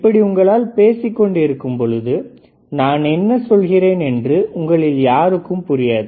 இப்படி உங்களுக்குள் பேசிக்கொண்டு இருக்கும்பொழுது நான் என்ன சொல்கிறேன் என்று உங்களில் யாருக்கும் புரியாது